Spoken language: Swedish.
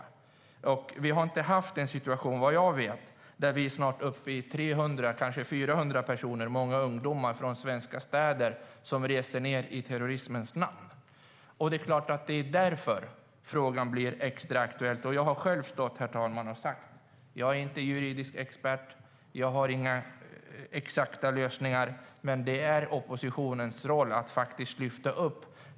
Vi har inte - vad jag vet - haft en situation där vi snart är uppe i 300 personer, kanske 400, varav många ungdomar från svenska städer, som reser ned i terrorismens namn. Det är klart att det är därför frågan blir extra aktuell. Jag har själv, herr talman, stått här och sagt: Jag är inte juridisk expert. Jag har inga exakta lösningar. Men det är oppositionens roll att lyfta upp frågor.